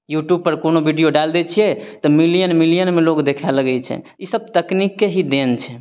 YouTube पर कोनो video डालि दै छियै तऽ मीलियन मीलियनमे लोग देखए लगै छै सब तकनीकके ही देन छै